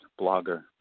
blogger